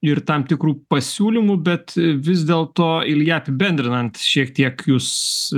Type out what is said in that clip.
ir tam tikrų pasiūlymų bet vis dėl to ilja apibendrinant šiek tiek jūs